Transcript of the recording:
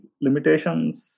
Limitations